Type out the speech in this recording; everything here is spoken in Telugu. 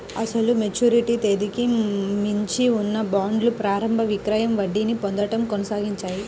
అసలు మెచ్యూరిటీ తేదీకి మించి ఉన్న బాండ్లు ప్రారంభ విక్రయం వడ్డీని పొందడం కొనసాగించాయి